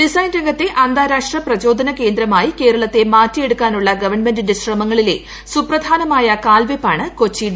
design രംഗത്തെ അന്താരാഷ്ട്ര പ്രചോദന കേന്ദ്രമായി കേരളത്തെ മാറ്റിയെടുക്കാനുള്ള ഗവൺമെന്റിന്റെ ശ്രമങ്ങളിലെ സുപ്രധാനമായ കാൽവെപ്പാണ് കൊച്ചി ഡിസൈൻ വീക്ക്